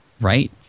Right